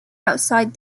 outside